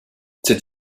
c’est